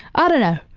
ah don't know.